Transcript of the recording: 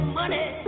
money